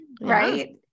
Right